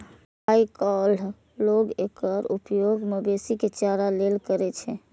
आइकाल्हि लोग एकर उपयोग मवेशी के चारा लेल करै छै